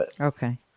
Okay